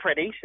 predation